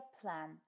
plan